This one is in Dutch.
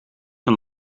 een